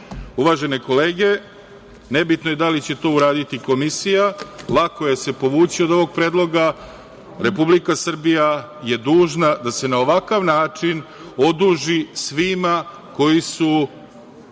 učinio. Uvažene kolege, nebitno je da li će to uraditi komisija, lako je se povući od ovog predloga, Republika Srbija je dužna da se na ovakav način oduži svima koji su